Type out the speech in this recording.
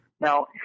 Now